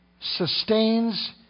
sustains